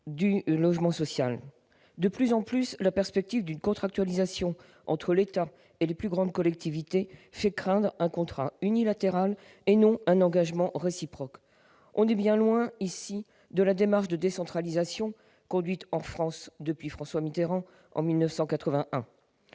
du logement social. De plus en plus, la perspective d'une contractualisation entre l'État et les plus grandes collectivités fait craindre un contrat unilatéral et non un engagement réciproque. On est bien loin de la démarche de décentralisation, conduite en France depuis François Mitterrand en 1981